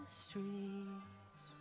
streets